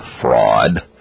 fraud